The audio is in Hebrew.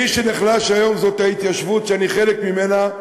מי שנחלש היום זה ההתיישבות שאני חלק ממנה,